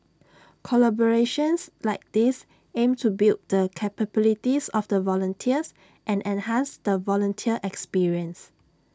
collaborations like these aim to build the capabilities of the volunteers and enhance the volunteer experience